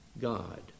God